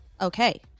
Okay